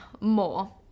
more